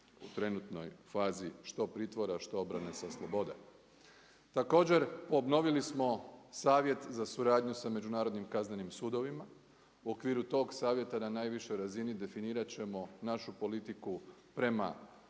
u trenutnoj fazi što pritvora što obrane sa slobode. Također obnovili smo Savjet za suradnju sa međunarodnim kaznenim sudovima u okviru tog savjeta na najvišoj razini definirat ćemo našu politiku prema